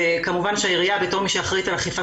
וכמובן שהעירייה בתור מי שאחראית על אכיפת